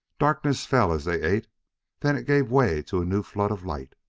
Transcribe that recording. darkness fell as they ate then it gave way to a new flood of light.